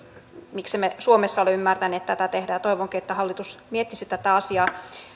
miksemme suomessa ole ymmärtäneet tätä tehdä toivonkin että hallitus miettisi tätä asiaa